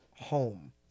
home